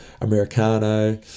Americano